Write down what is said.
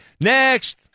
Next